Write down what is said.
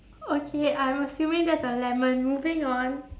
okay I'm assuming that's a lemon moving on